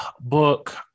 book